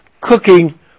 cooking